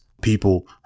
people